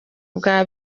bwa